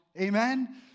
Amen